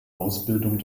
ausbildung